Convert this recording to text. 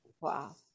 Wow